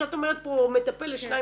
שאת אומרת פה מטפל לשניים-שלושה,